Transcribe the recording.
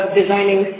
designing